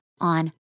on